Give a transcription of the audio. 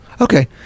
Okay